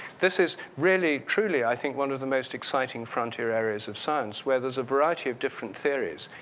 this is really, truly i think one of the most exciting frontier areas of science where there's a variety of different theories.